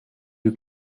you